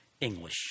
English